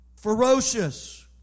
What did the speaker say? Ferocious